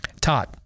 Todd